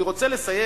אני רוצה לסיים.